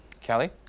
Kelly